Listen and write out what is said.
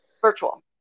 Virtual